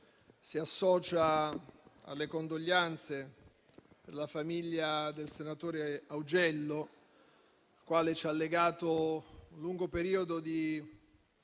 si associa alle condoglianze alla famiglia del senatore Augello, al quale ci ha legato un lungo periodo di